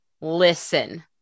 listen